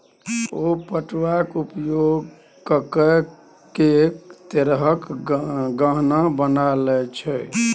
ओ पटुआक उपयोग ककए कैक तरहक गहना बना लए छै